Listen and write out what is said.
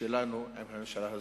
שלנו עם הממשלה הזאת.